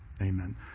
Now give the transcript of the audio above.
amen